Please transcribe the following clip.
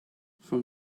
from